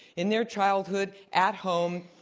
in their childhood, at home,